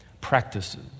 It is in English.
practices